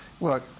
look